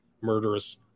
murderous